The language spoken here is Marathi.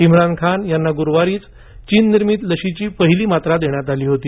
इम्रान खान यांना गुरुवारीच चीननिर्मित लशीची पहिली मात्रा देण्यात आली होती